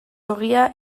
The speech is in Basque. ogia